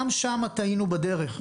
גם שם טעינו בדרך.